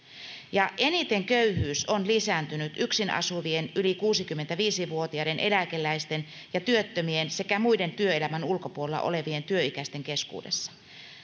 eniten köyhyys on lisääntynyt yksin asuvien yli kuusikymmentäviisi vuotiaiden eläkeläisten ja työttömien sekä muiden työelämän ulkopuolella olevien työikäisten keskuudessa